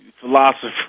Philosopher